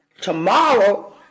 Tomorrow